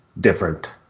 different